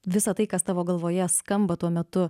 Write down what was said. visa tai kas tavo galvoje skamba tuo metu